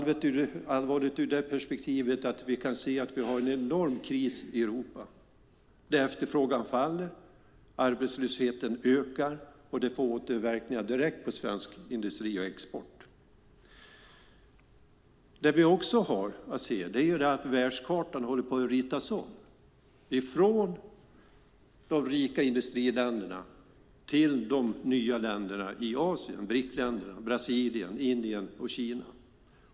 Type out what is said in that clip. Det är allvarligt ur det perspektivet att det är en enorm kris i Europa, där efterfrågan faller och där arbetslösheten ökar, vilket direkt får återverkningar på svensk industri och export. Vi kan också se att världskartan håller på att ritas om, från de rika industriländerna till de nya länderna i Asien, BRIC-länderna, Brasilien, Indien, Kina.